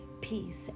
peace